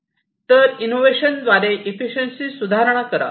तर इनोव्हेशन द्वारे इफिशियंशी सुधारणा करा